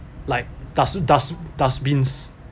like dust dust dustbins